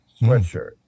sweatshirt